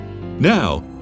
Now